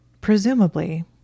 Presumably